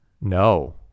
No